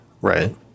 right